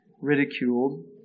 ridiculed